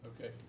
Okay